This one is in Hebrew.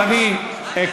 אל תדברי שטויות,